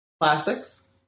classics